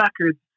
records